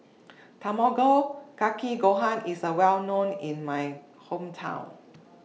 Tamago Kake Gohan IS Well known in My Hometown